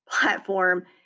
platform